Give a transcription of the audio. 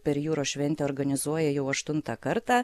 per jūros šventę organizuoja jau aštuntą kartą